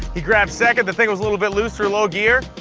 he grabbed second, the thing was a little bit looser low gear.